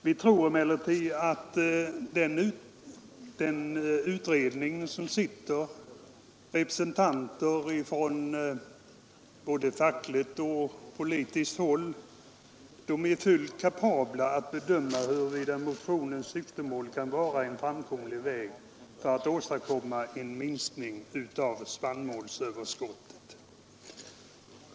Vi tror emellertid att den sittande utredningen med representanter från både fackligt och politiskt håll är fullt kapabla att bedöma huruvida motionens syftemål kan vara en framkomlig väg för att åstadkomma en minskning av spannmålsöverskottet.